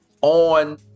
on